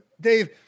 Dave